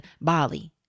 Bali